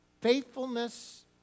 faithfulness